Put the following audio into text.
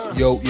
yo